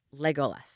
Legolas